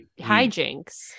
hijinks